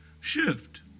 shift